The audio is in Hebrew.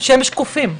שהם שקופים,